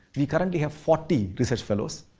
we currently have forty research fellows,